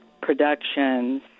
productions